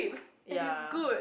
ya